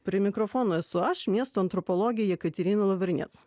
prie mikrofono esu aš miesto antropologė jekaterina lavrinec